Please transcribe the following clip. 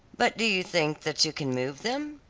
but do you think that you can move them?